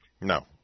no